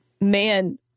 man